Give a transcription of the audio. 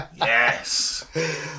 Yes